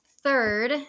Third